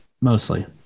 mostly